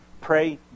Pray